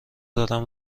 دارم